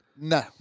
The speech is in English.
No